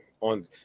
On